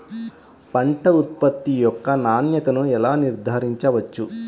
పంట ఉత్పత్తి యొక్క నాణ్యతను ఎలా నిర్ధారించవచ్చు?